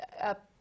up